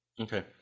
Okay